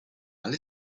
alle